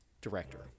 Director